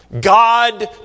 God